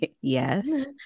Yes